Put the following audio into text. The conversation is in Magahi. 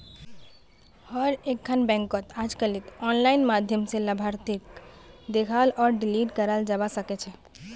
हर एकखन बैंकत अजकालित आनलाइन माध्यम स लाभार्थीक देखाल आर डिलीट कराल जाबा सकेछे